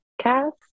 cast